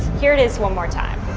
here it is one more time.